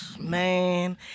Man